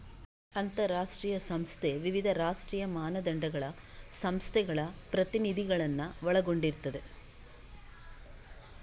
ಅಂತಾರಾಷ್ಟ್ರೀಯ ಸಂಸ್ಥೆ ವಿವಿಧ ರಾಷ್ಟ್ರೀಯ ಮಾನದಂಡಗಳ ಸಂಸ್ಥೆಗಳ ಪ್ರತಿನಿಧಿಗಳನ್ನ ಒಳಗೊಂಡಿರ್ತದೆ